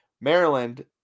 Maryland